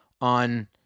on